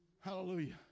Hallelujah